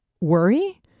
worry